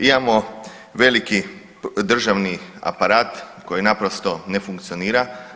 Imamo veliki državni aparat koji naprosto ne funkcionira.